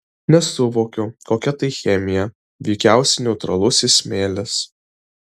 nesuvokiu kokia tai chemija veikiausiai neutralusis smėlis